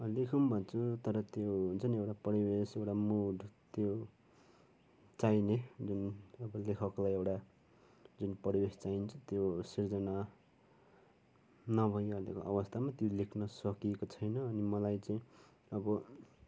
अहिलेसम्म चाहिँ तर त्यो हुन्छ नि एउटा परिवेश एउटा मुड त्यो चाहिने जुन एउटा लेखकको लागि एउटा जुन परिवेश चाहिन्छ त्यो सृजना नभइहालेको अवस्थामा त्यो लेख्न सकिएको छैन अनि मलाई चाहिँ अब